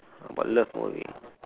but love boring